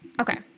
okay